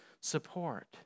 support